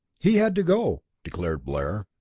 he had to go, declared blair.